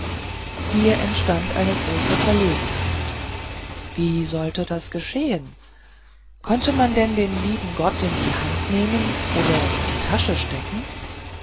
hier entstand eine große verlegenheit wie sollte das geschehen konnte man denn den lieben gott in die hand nehmen oder in die tasche stecken